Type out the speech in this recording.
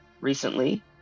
recently